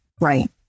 right